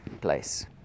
place